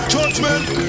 Judgment